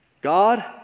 God